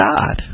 God